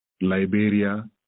Liberia